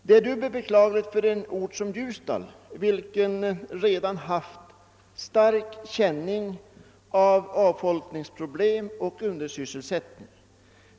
Det är dubbelt beklagligt för en ort som Ljusdal som redan haft stark känning av avfolkningsproblem och undersysselsättning.